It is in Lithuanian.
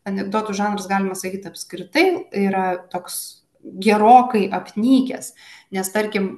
anekdotų žanras galima sakyti apskritai yra toks gerokai apnykęs nes tarkim